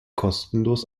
kostenlos